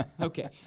Okay